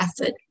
effort